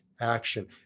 action